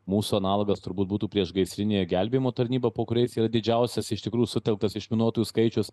mūsų analogas turbūt būtų priešgaisrinė gelbėjimo tarnyba po kuriais yra didžiausias iš tikrų sutelktas išminuotojų skaičius